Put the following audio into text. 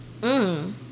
Mmm